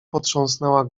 potrząsnęła